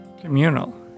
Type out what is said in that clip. Communal